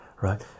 right